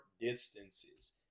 distances